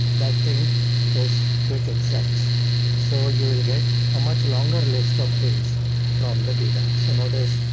that thing is quick insights so you will get a much longer list of things from the data so notice.